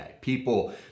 People